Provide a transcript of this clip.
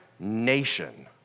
nation